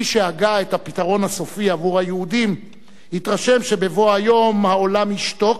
מי שהגה את "הפתרון הסופי" עבור היהודים התרשם שבבוא היום העולם ישתוק,